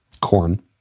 corn